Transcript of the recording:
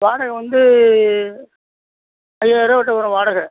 வாடகை வந்து ஐயாயரூவா கிட்டே வரும் வாடகை